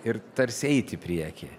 ir tarsi eit į priekį